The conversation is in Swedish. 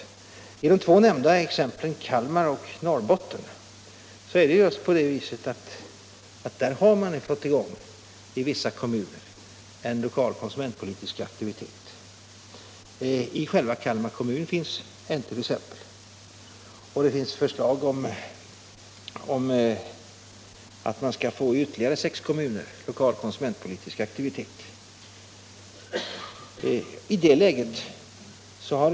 När det gäller de två nämnda exemplen, Kalmar och Norrbotten, har man just i vissa kommuner fått i gång en lokal konsumentpolitisk aktivitet. I själva Kalmar kommun finns t.ex. en tjänst som hemkonsulent, och det föreligger även förslag om att starta lokal konsumentpolitisk aktivitet i ytterligare sex kommuner.